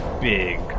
big